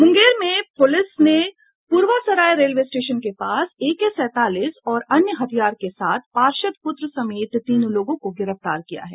मूंगेर में पूलिस ने Purbasarai railway station के पास एके सैंतालीस और अन्य हथियार के साथ पार्षद पुत्र समेत तीन लोगों को गिरफ्तार किया है